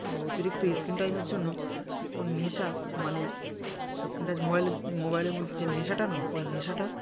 অতিরিক্ত স্ক্রিন টাইমের জন্য ওর নেশা মানে স্ক্রিন টাচ মোবাইলের মোবাইলের মধ্যে যে নেশাটা না ওই নেশাটা